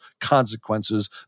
consequences